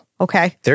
Okay